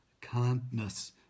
kindness